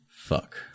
Fuck